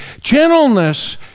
gentleness